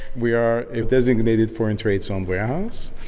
we are a designated foreign trade so um warehouse.